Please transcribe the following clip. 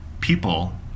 people